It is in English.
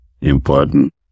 important